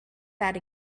that